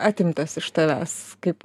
atimtas iš tavęs kaip